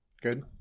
Good